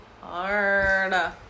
hard